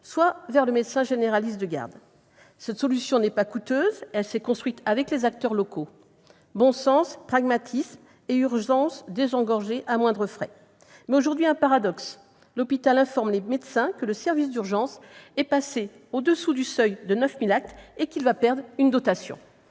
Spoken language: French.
soit vers le médecin généraliste de garde. Cette solution n'est pas coûteuse et elle s'est construite avec les acteurs locaux. Résultat : bon sens, pragmatisme et urgences désengorgées à moindres frais. Mais aujourd'hui, paradoxe : l'hôpital informe les médecins que le service d'urgence est passé au-dessous du seuil de 9 000 actes et qu'il va perdre une dotation.